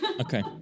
Okay